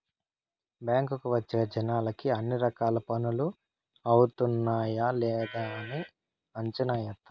బ్యాంకుకి వచ్చే జనాలకి అన్ని రకాల పనులు అవుతున్నాయా లేదని అంచనా ఏత్తారు